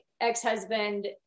ex-husband